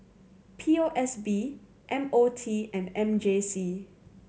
P O S B M O T and M J C